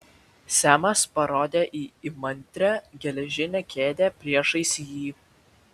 semas parodė į įmantrią geležinę kėdę priešais jį